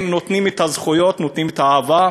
אם נותנים את הזכויות, נותנים את האהבה.